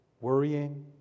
worrying